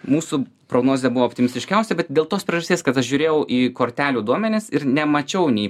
mūsų prognozė buvo optimistiškiausia bet dėl tos priežasties kad aš žiūrėjau į kortelių duomenis ir nemačiau nei